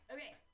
Okay